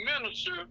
minister